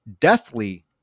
deathly